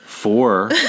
Four